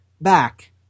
back